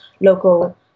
local